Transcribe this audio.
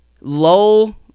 low